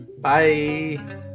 Bye